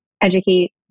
educate